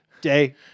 day